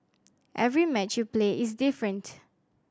every match you play is different